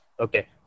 Okay